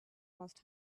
must